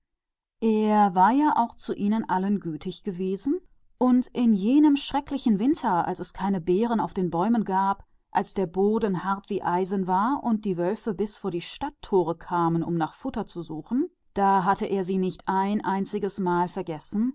er war gut zu ihnen gewesen und während jenes furchtbar harten winters als es gar keine beeren mehr auf den bäumen gab und als der boden hart war wie eisen und die wölfe bis an die tore der stadt gekommen waren um nahrung zu suchen da hatte er sie nie vergessen